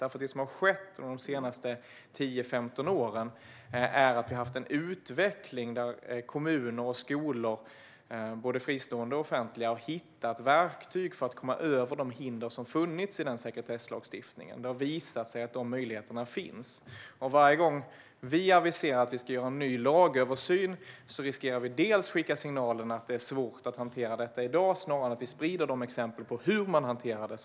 Det som har skett under de senaste 10-15 åren är att vi har haft en utveckling där kommuner och skolor, både fristående och offentliga, har hittat verktyg för att komma över de hinder som har funnits i sekretesslagstiftningen. Det har visat sig att de möjligheterna finns. Varje gång vi aviserar en ny lagöversyn riskerar vi att skicka signalen att det är svårt att hantera detta i dag i stället för att sprida exempel på hur man hanterar det.